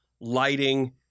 lighting